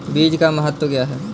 बीज का महत्व क्या है?